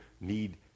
need